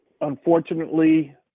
unfortunately